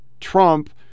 Trump